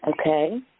Okay